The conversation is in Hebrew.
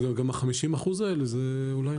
גם ה- 50% אולי.